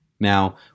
Now